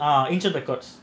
ah insured records